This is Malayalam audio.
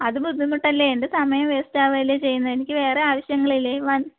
അത് ബുദ്ധിമുട്ടല്ലേ എൻ്റെ സമയം വേസ്റ്റ് ആവുകയല്ലേ ചെയ്യുന്നത് എനിക്ക് വേറെ ആവശ്യങ്ങളില്ലേ